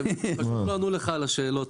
הם לא ענו לך על השאלות,